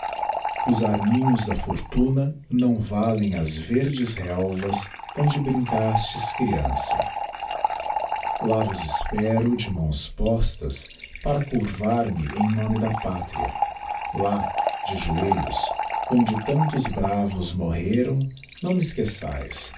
os arminhos da fortuna não valem as verdes relvas onde brincastes creança lá vos espero de mãos postas para curvar me em nome da pátria lá de joelhos onde tantos bravos morreram não me esqueçaes